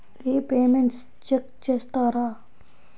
Repayments check చేస్తారా?